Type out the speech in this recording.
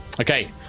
okay